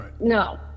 No